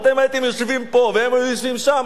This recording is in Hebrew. אתם הייתם יושבים פה והם היו יושבים שם,